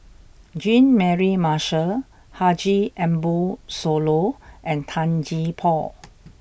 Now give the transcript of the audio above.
Jean Mary Marshall Haji Ambo Sooloh and Tan Gee Paw